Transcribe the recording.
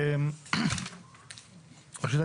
ראשית,